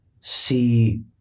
see